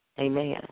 Amen